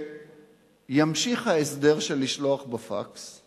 שימשיך ההסדר של לשלוח בפקס,